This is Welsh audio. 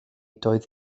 doedd